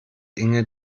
inge